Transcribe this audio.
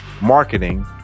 marketing